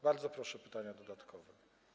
Bardzo proszę o pytania dodatkowe.